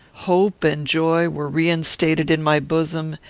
hope and joy were reinstated in my bosom,